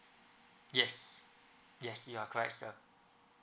yes yes you are correct sir